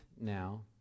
now